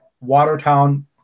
Watertown